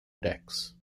decks